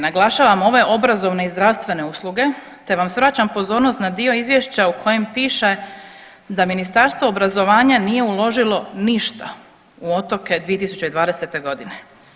Naglašavam ove obrazovne i zdravstvene usluge te vam svraćam pozornost na dio izvješća u kojem piše da Ministarstvo obrazovanja nije uložilo ništa u otoke 2020. godine.